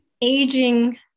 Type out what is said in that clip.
aging